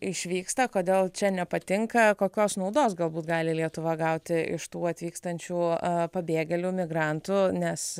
išvyksta kodėl čia nepatinka kokios naudos galbūt gali lietuva gauti iš tų atvykstančių pabėgėlių migrantų nes